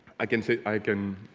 i can say i can